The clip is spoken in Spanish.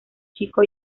chico